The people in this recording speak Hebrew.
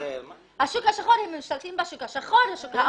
הם משתמשים בשוק השחור ובשוק האפור.